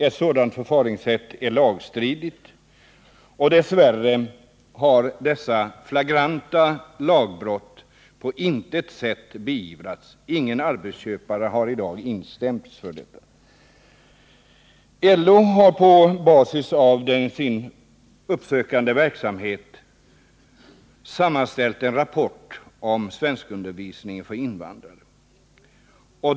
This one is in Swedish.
Ett sådant förfaringssätt är lagstridigt — dessutom har tyvärr dessa flagranta lagbrott på intet sätt beivrats, och ingen arbetsköpare har ännu i dag stämts i ett sådant här fall. LO har på basis av sin uppsökande verksamhet sammanställt en rapport om svenskundervisningen för invandrare.